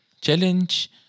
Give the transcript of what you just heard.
Challenge